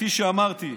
כפי שאמרתי,